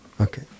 Okay